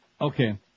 Okay